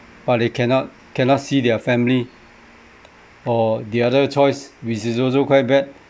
but they cannot cannot see their family or the other choice which is also quite bad